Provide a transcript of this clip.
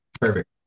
perfect